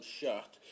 shut